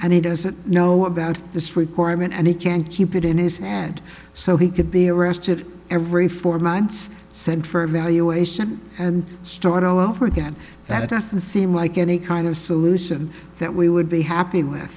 and he doesn't know about this requirement and he can't keep it in his and so he could be arrested every four months sent for evaluation and start all over again that doesn't seem like any kind of solution that we would be happy with